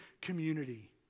community